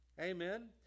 Amen